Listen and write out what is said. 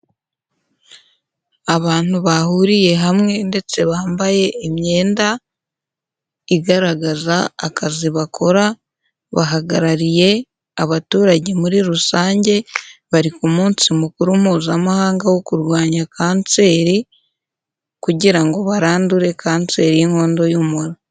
Abantu bahuriye hamwe ndetse bambaye imyenda igaragaza akazi bakora, bahagarariye abaturage muri rusange, bari ku munsi mukuru Mpuzamahanga wo kurwanya kanseri kugira ngo barandure kanseri y'inkondo y'umura.